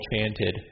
chanted